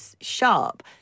sharp